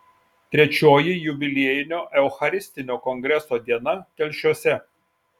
trečioji jubiliejinio eucharistinio kongreso diena telšiuose